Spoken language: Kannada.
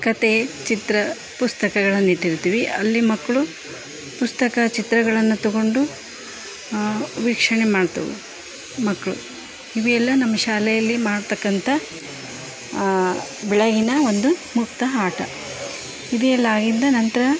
ಕಥೆ ಚಿತ್ರ ಪುಸ್ತಕಗಳನ್ನಿಟ್ಟಿರ್ತೀವಿ ಅಲ್ಲಿ ಮಕ್ಕಳು ಪುಸ್ತಕ ಚಿತ್ರಗಳನ್ನು ತಗೋಂಡು ವೀಕ್ಷಣೆ ಮಾಡ್ತಾವು ಮಕ್ಕಳು ಇವೆಲ್ಲ ನಮ್ಮ ಶಾಲೆಯಲ್ಲಿ ಮಾಡ್ತಕ್ಕಂಥ ಬೆಳಗಿನ ಒಂದು ಮುಕ್ತ ಆಟ ಇದುಯೆಲ್ಲ ಆಗಿದ್ದ ನಂತರ